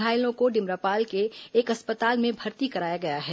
घायलों को डिमरापाल के एक अस्पताल में भर्ती कराया गया है